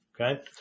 okay